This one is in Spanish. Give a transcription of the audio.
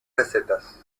recetas